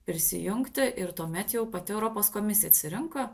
prisijungti ir tuomet jau pati europos komisija atsirinko